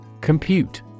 Compute